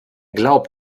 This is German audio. glaubt